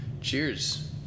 cheers